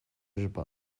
日本